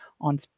on